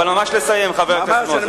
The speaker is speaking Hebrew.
אבל ממש לסיים, חבר הכנסת מוזס.